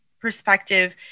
perspective